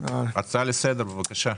הצעה לסדר, בבקשה.